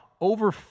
over